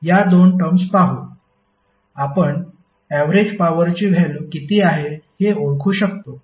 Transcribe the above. या दोन टर्म्स पाहू आपण ऍवरेज पॉवरची व्हॅल्यु किती आहे हे ओळखू शकतो